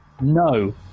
no